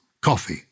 coffee